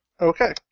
okay